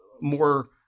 more